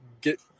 get